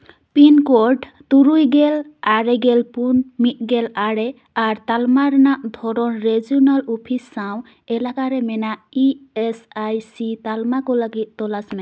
pincode ᱛᱩᱨᱩᱭ ᱜᱮᱞ ᱟᱨᱮᱜᱮᱞ ᱯᱩᱱ ᱢᱤᱫᱜᱮᱞ ᱟᱨᱮ ᱟᱨ ᱛᱟᱞᱢᱟ ᱨᱮᱱᱟᱜ ᱫᱷᱚᱨᱚᱱ ᱨᱮᱡᱤᱣᱱᱟᱞ ᱚᱯᱷᱤᱥ ᱥᱟᱶ ᱮᱞᱟᱠᱟᱨᱮ ᱢᱮᱱᱟᱜ ᱤ ᱮᱥ ᱟᱭ ᱥᱤ ᱛᱟᱞᱢᱟ ᱠᱚ ᱞᱟᱹᱜᱤᱫ ᱛᱚᱞᱟᱥ ᱢᱮ